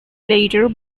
later